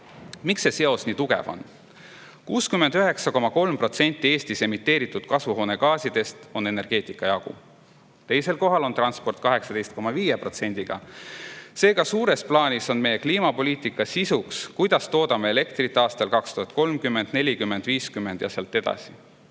Miks see seos nii tugev on? 69,3% Eestis emiteeritud kasvuhoonegaasidest on energeetika jagu. Teisel kohal on transport 18,5%‑ga. Seega, suures plaanis on meie kliimapoliitika sisu see, kuidas me toodame elektrit aastal 2030, 2040, 2050 ja sealt edasi.